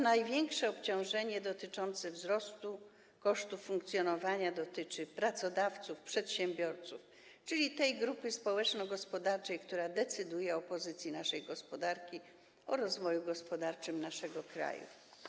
Największe obciążenie dotyczące wzrostu kosztów funkcjonowania dotyczy pracodawców, przedsiębiorców, czyli tej grupy społeczno-gospodarczej, która decyduje o pozycji naszej gospodarki, o rozwoju gospodarczym naszego kraju.